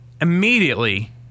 immediately